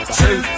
two